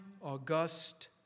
august